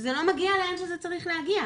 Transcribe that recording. שזה לא מגיע לאן שזה צריך להגיע.